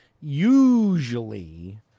usually